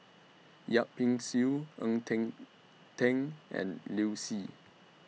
Yip Pin Xiu Ng Eng Teng and Liu Si